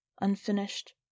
unfinished